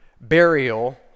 burial